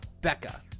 Becca